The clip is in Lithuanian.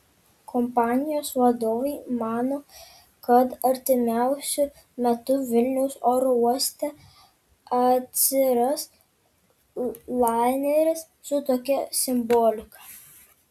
kompanijos vadovai mano kad artimiausiu metu vilniaus oro uoste atsiras laineris su tokia simbolika